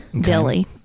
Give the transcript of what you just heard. Billy